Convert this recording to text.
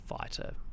fighter